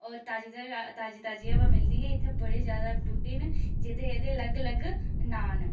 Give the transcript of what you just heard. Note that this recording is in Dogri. होर ताजी ताज़ी ताज़ी हवा मिलदी ऐ इत्थें बड़े ज्यादा बूह्टे न जेह्दे एह्दे अलग अलग नांऽ न